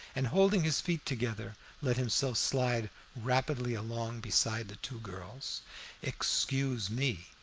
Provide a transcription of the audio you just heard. and holding his feet together let himself slide rapidly along beside the two girls excuse me,